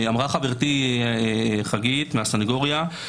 אמרה חברתי חגית מהסנגוריה,